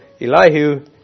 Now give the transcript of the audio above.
Elihu